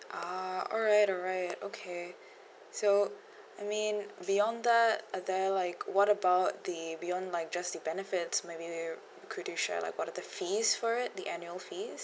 ah alright alright okay so I mean beyond that are there like what about the beyond like just the benefits maybe you could you share like what are the fees for it the annual fees